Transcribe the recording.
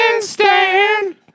stand